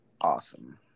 awesome